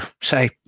say